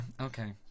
Okay